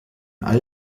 all